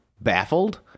baffled